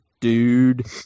dude